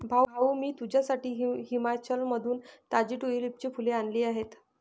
भाऊ, मी तुझ्यासाठी हिमाचलमधून ताजी ट्यूलिपची फुले आणली आहेत